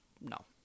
No